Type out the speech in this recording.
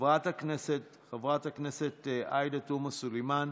חברת הכנסת עאידה תומא סלימאן,